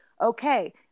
okay